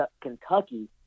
Kentucky